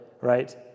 right